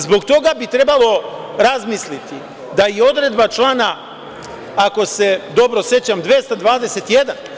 Zbog toga bi trebalo razmisliti da i odredba člana, ako se dobro sećam 221.